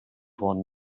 one